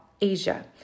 Asia